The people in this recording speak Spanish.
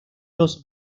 los